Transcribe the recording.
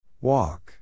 Walk